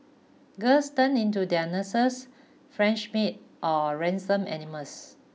girls turn into their nurses French maid or ransom animals